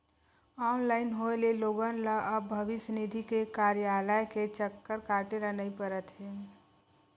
online होए ले लोगन ल अब भविस्य निधि के कारयालय के चक्कर काटे ल नइ परत हे